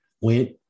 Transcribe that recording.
Went